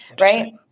Right